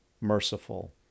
merciful